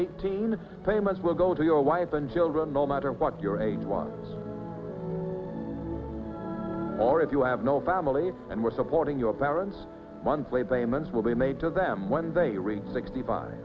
eighteen the payments will go to your wife and children no matter what your age one or if you have no family and were supporting your parent's monthly payments will be made to them when they reach sixty five